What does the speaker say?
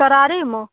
करारीमे